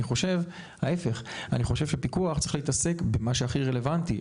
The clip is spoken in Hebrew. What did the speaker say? אני חושב שפיקוח צריך להתעסק במה שהכי רלוונטי.